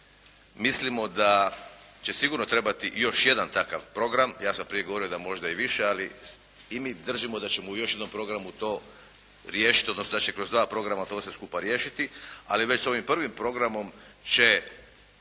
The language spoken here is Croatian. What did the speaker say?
mislimo da će sigurno trebati i još jedan takav program. Ja sam prije govorio da možda i više ali i mi držimo da ćemo u još jednom programu to riješiti odnosno da će kroz 2 programa to sve skupa riješiti. Ali već s ovim prvim programom će